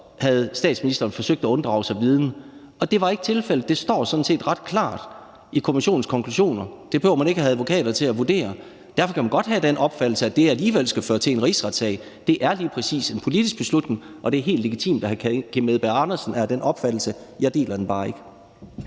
om statsministeren havde forsøgt at unddrage sig viden. Og det var ikke tilfældet. Det står sådan set ret klart i kommissionens konklusioner. Det behøver man ikke at have advokater til at vurdere. Derfor kan man godt have den opfattelse, at det alligevel skal føre til en rigsretssag. Det er lige præcis en politisk beslutning, og det er helt legitimt, at hr. Kim Edberg Andersen er af den opfattelse. Jeg deler den bare ikke.